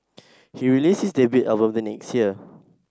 he released his debut album the next year